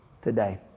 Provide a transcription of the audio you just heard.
today